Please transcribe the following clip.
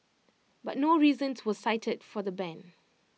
but no reasons were cited for the ban